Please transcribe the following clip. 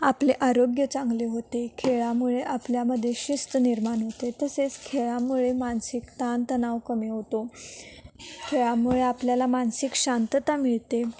आपले आरोग्य चांगले होते खेळामुळे आपल्यामध्ये शिस्त निर्माण होते तसेच खेळामुळे मानसिक ताण तणाव कमी होतो खेळामुळे आपल्याला मानसिक शांतता मिळते